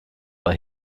bei